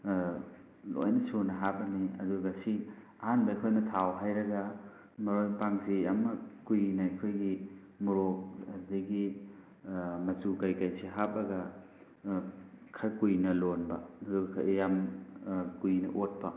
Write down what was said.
ꯂꯣꯏꯅ ꯁꯨꯅ ꯍꯥꯞꯄꯅꯤ ꯑꯗꯨꯒ ꯁꯤ ꯑꯍꯥꯟꯕ ꯑꯩꯈꯣꯏꯅ ꯊꯥꯎ ꯍꯩꯔꯒ ꯃꯔꯣꯏ ꯃꯄꯥꯡꯁꯤ ꯌꯥꯝꯅ ꯀꯨꯏꯅ ꯑꯩꯈꯣꯏꯒꯤ ꯃꯣꯔꯣꯛ ꯑꯗꯒꯤ ꯃꯆꯨ ꯀꯔꯤ ꯀꯔꯤꯁꯤ ꯍꯥꯞꯄꯒ ꯈꯔ ꯀꯨꯏꯅ ꯂꯣꯟꯕ ꯑꯗꯨꯗꯨꯒ ꯌꯥꯝ ꯀꯨꯏꯅ ꯑꯣꯠꯄ